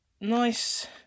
nice